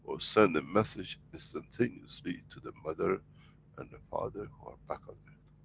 send a message instantaneously to the mother and the father who are back on earth.